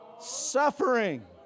suffering